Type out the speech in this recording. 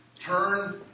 turn